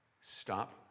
stop